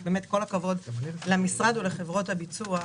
כל הכבוד למשרד ולחברות הביצוע.